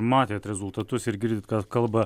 matėt rezultatus ir girdit ką kalba